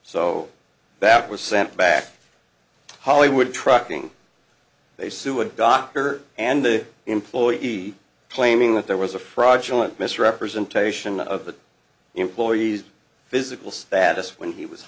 so that was sent back hollywood trucking they sue a doctor and the employee claiming that there was a fraudulent misrepresentation of the employee's physical status when he was